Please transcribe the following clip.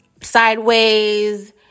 sideways